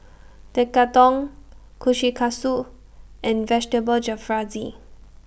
Tekkadon Kushikatsu and Vegetable Jalfrezi